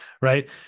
right